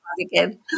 again